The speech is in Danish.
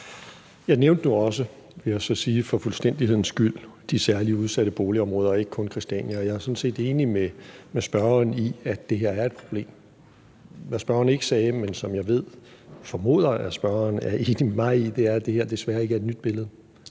jeg så sige for fuldstændighedens skyld, de særligt udsatte boligområder, og ikke kun Christiania. Jeg er sådan set enig med spørgeren i, at det her er et problem. Hvad spørgeren ikke sagde, men som jeg ved eller formoder at spørgeren er enig med mig i, er, at det her desværre ikke er et nyt billede.